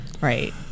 Right